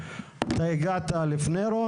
אז תומר נתחיל כדי שיישאר זמן לשאלות.